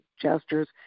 gestures